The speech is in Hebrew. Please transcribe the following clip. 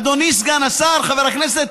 אדוני סגן השר חבר הכנסת,